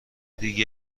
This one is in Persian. دیگه